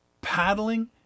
paddling